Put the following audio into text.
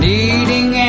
Needing